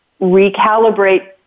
recalibrate